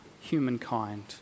humankind